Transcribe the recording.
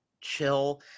chill